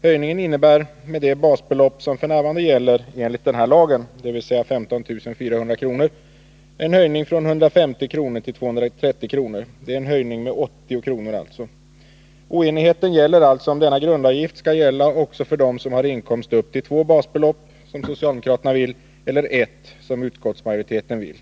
Höjningen innebär med det basbelopp som f. n. gäller enligt denna lag, dvs. 15 400 kr., en höjning från 150 kr. till 230 kr. Det är alltså en höjning med 80 kr. Oenigheten gäller således om denna grundavgift skall gälla också för dem som har inkomst upp till två basbelopp, som socialdemokraterna vill, eller ett, som utskottsmajoriteten vill.